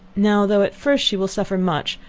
now, though at first she will suffer much,